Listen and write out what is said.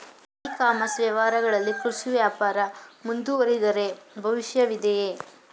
E commerce ವ್ಯವಹಾರಗಳಲ್ಲಿ ಕೃಷಿ ವ್ಯಾಪಾರ ಮುಂದುವರಿದರೆ ಭವಿಷ್ಯವಿದೆಯೇ?